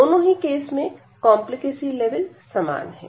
दोनों ही केस में कॉम्प्लीकेसी लेवल समान रहेगा